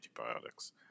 antibiotics